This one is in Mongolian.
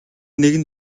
нэгэн